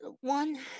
one